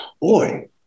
boy